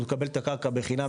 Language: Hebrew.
הוא מקבל את הקרקע חינם.